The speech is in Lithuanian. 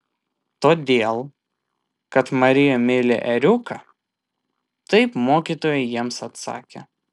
todėl kad marija myli ėriuką taip mokytoja jiems atsakė